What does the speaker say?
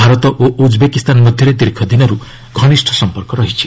ଭାରତ ଓ ଉଜ୍ବେକିସ୍ତାନ ମଧ୍ୟରେ ଦୀର୍ଘ ଦିନର୍ ଘନିଷ୍ଠ ସମ୍ପର୍କ ରହିଛି